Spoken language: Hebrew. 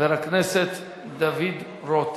18 בעד, שני מתנגדים.